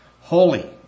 holy